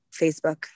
Facebook